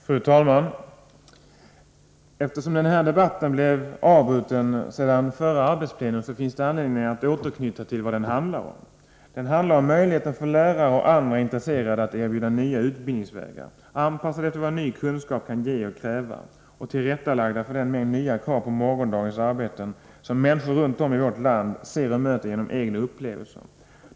Fru talman! Eftersom den här debatten avbröts när vi hade arbetsplenum förra gången, finns det anledning att återknyta till vad den rör sig om. Det handlar om möjligheten för lärare och andra intresserade att erbjuda nya utbildningsvägar, anpassade till vad ny kunskap kan ge och kräva och tillrättalagda för den mängd nya krav på morgondagens arbeten som människor runt om i vårt land ser och möter genom egna upplevelser.